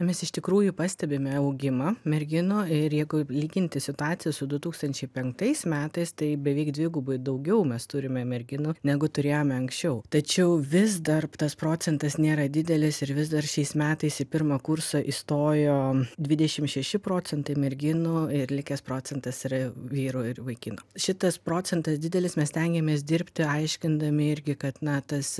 mes iš tikrųjų pastebime augimą merginų ir jeigu lyginti situaciją su du tūkstančiai penktais metais tai beveik dvigubai daugiau mes turime merginų negu turėjome anksčiau tačiau vis dar tas procentas nėra didelis ir vis dar šiais metais į pirmą kursą įstojo dvidešim šeši procentai merginų ir likęs procentas yra vyrų ir vaikinų šitas procentas didelis mes stengiamės dirbti aiškindami irgi kad na tas